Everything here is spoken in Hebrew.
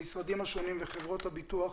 המשרדים השונים וחברות הביטוח,